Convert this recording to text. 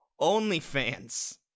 OnlyFans